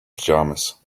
pajamas